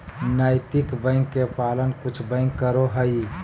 नैतिक बैंक के पालन कुछ बैंक करो हइ